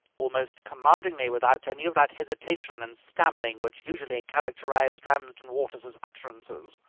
almost commandingly, without any of that hesitation and stammering which usually characterized ramsden waters's utterances.